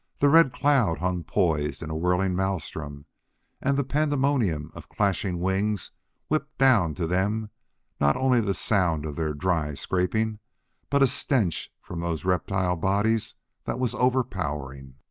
the red cloud hung poised in a whirling maelstrom and the pandemonium of clashing wings whipped down to them not only the sound of their dry scraping but a stench from those reptile bodies that was overpowering.